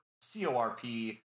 C-O-R-P